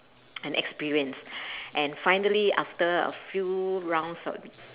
and experience and finally after a few rounds uh